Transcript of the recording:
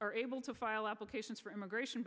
are able to file applications for immigration